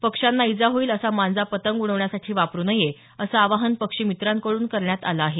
पक्ष्यांना इजा होईल असा मांजा पतंग उडवण्यासाठी वापरू नये असं आवाहन पक्षीमित्रांकडून करण्यात आलं आहे